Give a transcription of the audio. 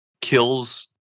kills